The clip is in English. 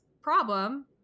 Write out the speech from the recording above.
problem